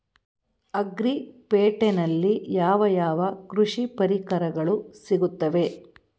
Agri ಪೇಟೆನಲ್ಲಿ ಯಾವ ಯಾವ ಕೃಷಿ ಪರಿಕರಗಳು ಸಿಗುತ್ತವೆ?